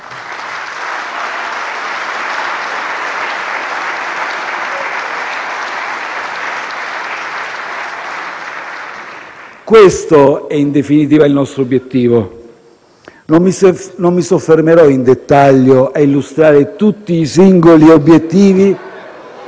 Questo è in definitiva il nostro obiettivo. Non mi soffermerò in dettaglio a illustrare tutti i singoli obiettivi